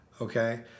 Okay